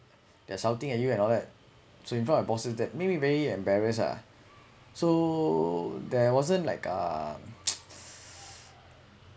they're shouting at you and all that so in front of bosses that maybe very embarrassed ah so there wasn't like uh